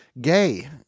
gay